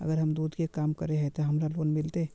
अगर हम दूध के काम करे है ते हमरा लोन मिलते?